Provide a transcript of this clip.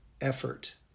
effort